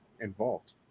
involved